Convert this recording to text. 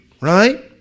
right